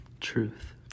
Truth